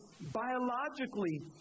biologically